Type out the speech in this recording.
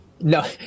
No